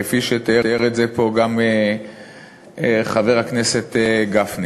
כפי שתיאר את זה פה גם חבר הכנסת גפני.